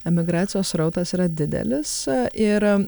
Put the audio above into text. emigracijos srautas yra didelis ir